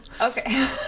Okay